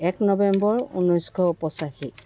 এক নৱেম্বৰ ঊনৈছশ পঁচাশী